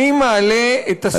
חבר'ה, אני מבקש שקט שם, זה מפריע.